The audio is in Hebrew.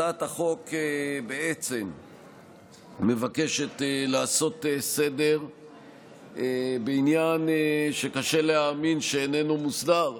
הצעת החוק בעצם מבקשת לעשות סדר בעניין שקשה להאמין שאיננו מוסדר,